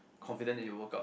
confident is will work out